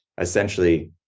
essentially